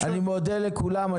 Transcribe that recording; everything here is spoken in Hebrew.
אני מודה לכולם.